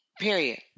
Period